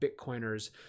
Bitcoiners